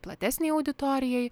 platesnei auditorijai